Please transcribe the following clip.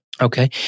Okay